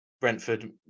Brentford